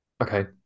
Okay